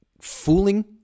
fooling